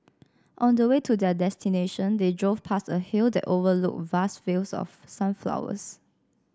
on the way to their destination they drove past a hill that overlooked vast fields of sunflowers